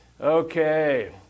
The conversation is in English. Okay